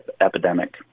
epidemic